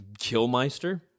Killmeister